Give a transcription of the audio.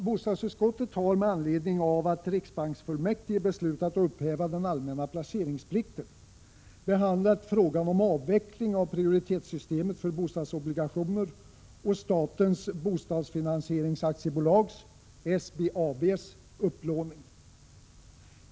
Bostadsutskottet har med anledning av att riksbanksfullmäktige beslutat att upphäva den allmänna placeringsplikten behandlat frågan om avveckling av prioriteringssystemet för bostadsobligationer och Statens bostadsfinansieringsaktiebolags upplåning.